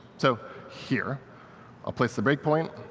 so here i'll place the breakpoint,